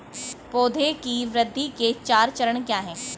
पौधे की वृद्धि के चार चरण क्या हैं?